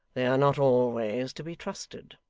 they are not always to be trusted.